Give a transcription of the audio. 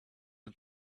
and